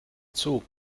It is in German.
zug